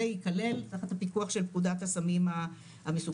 ייכלל תחת הפיקוח של פקודת הסמים המסוכנים,